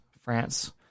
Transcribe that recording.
France